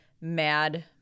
mad